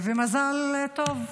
ומזל טוב.